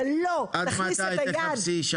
אבל לא נכניס את היד -- עד מתי תחפשי שת"פ?